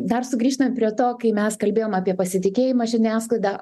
dar sugrįžtant prie to kai mes kalbėjom apie pasitikėjimą žiniasklaida